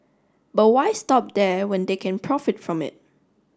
but why stop there when they can profit from it